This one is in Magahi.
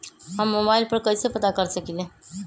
हम मोबाइल पर कईसे पता कर सकींले?